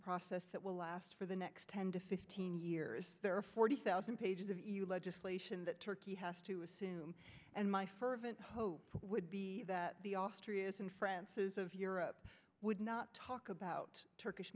process that will last for the next ten to fifteen years there are forty thousand pages of legislation that turkey has to assume and my fervent hope would be that the austrians inferences of europe would not talk about turkish